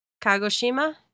Kagoshima